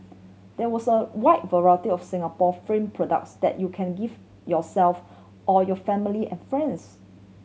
there was a wide variety of Singapore fame products that you can gift yourself or your family and friends